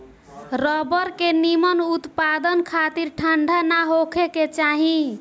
rubber के निमन उत्पदान खातिर ठंडा ना होखे के चाही